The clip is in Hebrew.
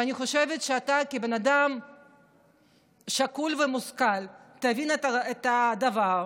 ואני חושבת שאתה כבן אדם שקול ומושכל תבין את הדבר.